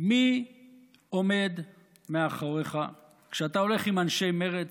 מי עומד מאחוריך כשאתה הולך עם אנשי מרצ,